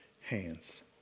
hands